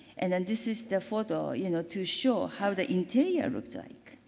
and then this is the photo, you know, to show how the interior looked like.